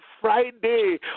Friday